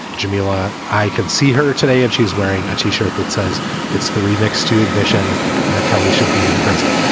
djamila, i can see her today and she's wearing a t shirt that says it's three mixed to ignition r. kelly should be in prison